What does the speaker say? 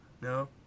No